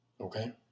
Okay